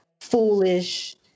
Foolish